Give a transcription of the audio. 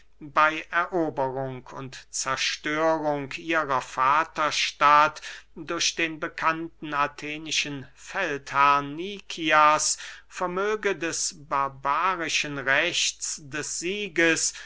bey eroberung und zerstörung ihrer vaterstadt durch den bekannten athenischen feldherrn nikias vermöge des barbarischen rechts des sieges